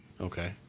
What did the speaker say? Okay